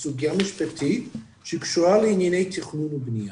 הסוגיה המשפטית שקשורה לענייני תכנון ובנייה,